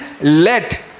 let